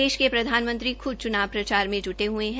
देश के प्रधानमंत्री खुद चुनाव प्रचारा में जुटे हये है